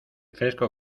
fresco